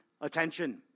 attention